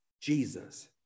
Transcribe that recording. Jesus